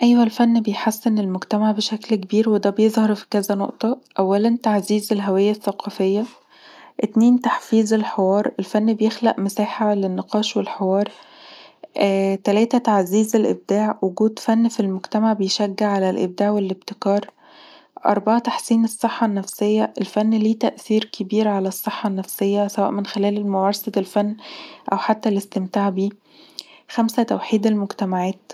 ايوه الفن بيحسن المجتمع بشكل كبير وده بيظهر في كذا نقطة اولا تعزيز الهوية الثقافيه، اتنين تحفيز الحوار، الفن بيخلق مساحة للنقاش والحوار، تلاته تعزيز الإبداع، وجود فن في المجتمع بيشجع علي الابداع والابتكار، اربعه تحسين الصحة النفسيه، الفن ليه تأثير كبير علي الصحة النفسيه سواء من خلال ممارسة الفن او حتي الاستمتاع بيه، خمسه توحيد المجتمعات